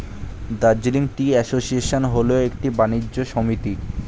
Darjeeling tea association হল একটি বাণিজ্য সমিতি